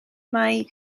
mae